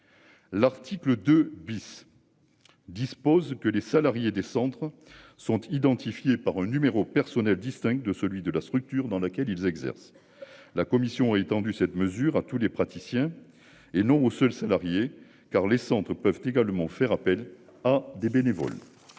L'article 2 bis. Dispose que les salariés des centres sont identifiés par un numéro personnel distincte de celui de la structure dans laquelle ils exercent. La commission a étendu cette mesure à tous les praticiens et non aux seuls salariés car les centres peuvent également faire appel à des bénévoles.